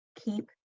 Keep